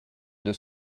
deux